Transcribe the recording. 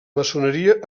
maçoneria